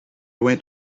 went